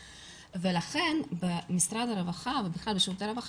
ולכן במשרד הרווחה ובכלל בשירותי הרווחה